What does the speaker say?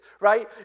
right